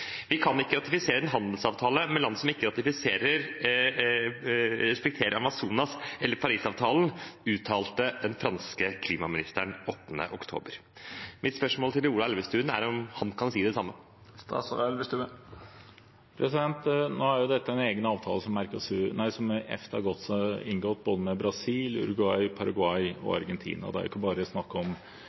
Vi kan ikke ratifisere en handelsavtale med land som ikke respekterer Amazonas eller Parisavtalen, uttalte den franske klimaministeren 8. oktober. Mitt spørsmål til Ola Elvestuen er om han kan si det samme. Dette er en egen avtale som EFTA har inngått både med Brasil, Uruguay, Paraguay og Argentina. Det er ikke bare snakk om